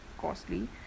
costly